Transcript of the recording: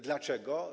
Dlaczego?